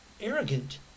arrogant